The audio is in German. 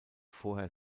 vorher